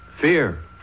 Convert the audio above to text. Fear